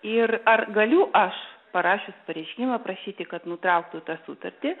ir ar galiu aš parašius pareiškimą prašyti kad nutrauktų tą sutartį